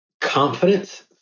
confidence